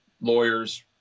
lawyers